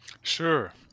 Sure